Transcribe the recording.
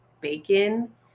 bacon